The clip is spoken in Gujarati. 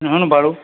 અને આનું ભાડું